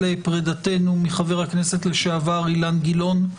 פרידתנו מחבר הכנסת לשעבר אילן גילאון,